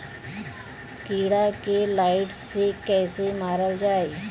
कीड़ा के लाइट से कैसे मारल जाई?